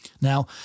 Now